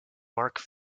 mark